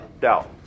doubt